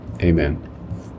Amen